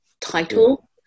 title